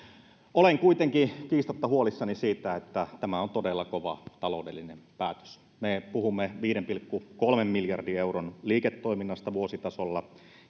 olen kuitenkin kiistatta huolissani siitä että tämä on todella kova taloudellinen päätös me puhumme viiden pilkku kolmen miljardin euron liiketoiminnasta vuositasolla